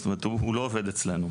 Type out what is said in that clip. הוא לא עובד אצלנו,